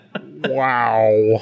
Wow